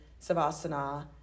Savasana